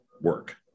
work